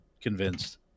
convinced